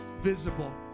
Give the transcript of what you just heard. visible